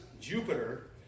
Jupiter